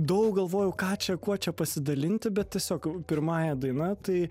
daug galvojau ką čia kuo čia pasidalinti bet tiesiog pirmąja daina tai